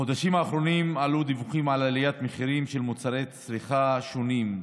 בחודשים האחרונים היו דיווחים על עליית מחירים של מוצרי צריכה שונים,